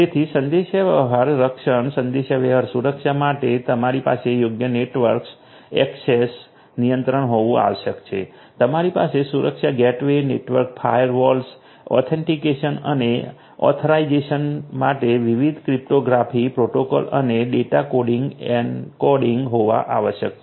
તેથી સંદેશાવ્યવહાર રક્ષણ સંદેશાવ્યવહાર સુરક્ષા માટે તમારી પાસે યોગ્ય નેટવર્ક cઍક્સેસ નિયંત્રણ હોવું આવશ્યક છે તમારી પાસે સુરક્ષા ગેટવે નેટવર્ક ફાયરવોલ્સ ઑથેન્ટિકેશન અને ઔથરાઇઝેશન માટે વિવિધ ક્રિપ્ટોગ્રાફિક પ્રોટોકોલ અને ડેટા કોડિંગ એન્કોડિંગ હોવા આવશ્યક છે